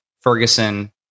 Ferguson